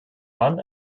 mann